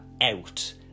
out